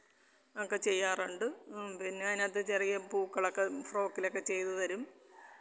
ഒക്കെ ചെയ്യാറുണ്ട് പിന്നെ അതിനകത്ത് ചെറിയ പൂക്കളൊക്കെ ഫ്രോക്കിലൊക്കെ ചെയ്ത് തരും